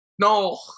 No